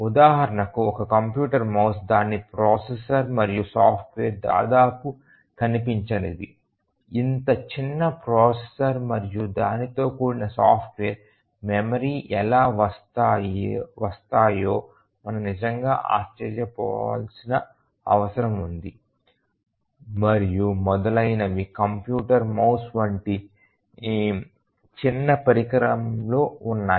ఉదాహరణకు ఒక computer mouse దాని ప్రాసెసర్ మరియు సాఫ్ట్వేర్ దాదాపు కనిపించనిది ఇంత చిన్న ప్రాసెసర్ మరియు దానితో కూడిన సాఫ్ట్వేర్ మెమరీ ఎలా వస్తాయో మనం నిజంగా ఆశ్చర్యపోవాల్సిన అవసరం ఉంది మరియు మొదలైనవి కంప్యూటర్ మౌస్ వంటి చిన్న పరికరంలో ఉన్నాయి